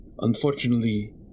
unfortunately